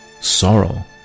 sorrow